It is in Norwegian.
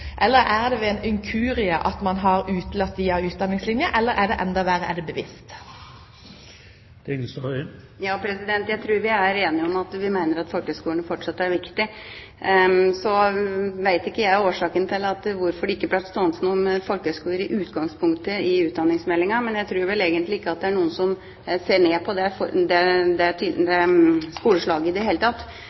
man utelatt dem av Utdanningslinja ved en inkurie, eller er det enda verre, er det bevisst? Jeg tror vi er enige om at folkehøyskolene fortsatt er viktige. Jeg vet ikke årsaken til hvorfor det ikke ble stående noe om folkehøyskoler i utgangspunktet i utdanningsmeldingen, men jeg tror vel egentlig ikke at det er noen som ser ned på det skoleslaget i det hele tatt. Jeg tror vi fortsatt skal stå sammen i sentrum om å styrke folkehøyskolene. Vi ser at det